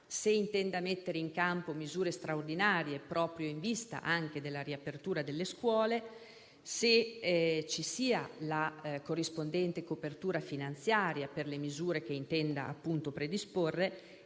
se intenda mettere in campo misure straordinarie, proprio in vista della riapertura delle scuole; se ci sia la corrispondente copertura finanziaria per le misure che intende predisporre;